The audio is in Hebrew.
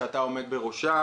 שאתה עומד בראשה,